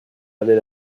laver